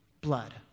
blood